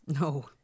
No